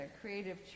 creative